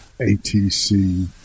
atc